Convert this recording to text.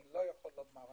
אני לא יכול לומר.